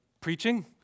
preaching